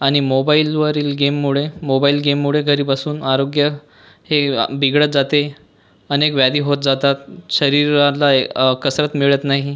आणि मोबाईलवरील गेममुळे मोबाईल गेममुळे घरी बसून आरोग्य हे बिघडत जाते अनेक व्याधी होत जातात शरीराला ये कसरत मिळत नाही